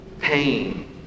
pain